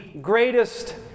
greatest